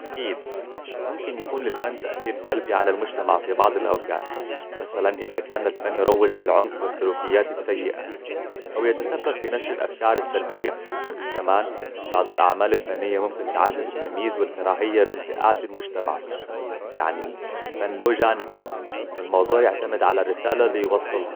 أكيد ممكن يكون للفن تأثير سلبي على المجتمع في بعض الأوقات مثلاً إذا كان الفن يروج للعنف والسلوكيات السيئة أو يتسبب في نشر أفكار السلبية كمان بعض الأعمال الفنيه ممكن تعزز التمييز والكراهيه بين فئات المجتمع يعني الفن له جانبين والموضوع يعتمد على رسالة ليوصلها